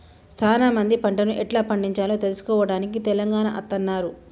సానా మంది పంటను ఎట్లా పండిచాలో తెలుసుకోవడానికి తెలంగాణ అత్తన్నారు